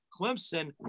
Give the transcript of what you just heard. Clemson